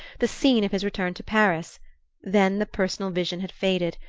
the scene of his return to paris then the personal vision had faded,